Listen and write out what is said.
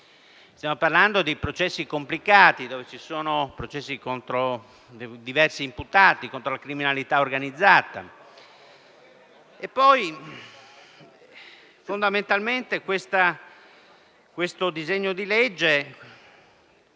Stiamo parlando di processi complicati e con diversi imputati, contro la criminalità organizzata. Fondamentalmente questo disegno di legge,